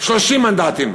30 מנדטים,